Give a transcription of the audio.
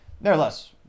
nevertheless